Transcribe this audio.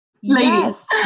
Yes